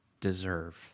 deserve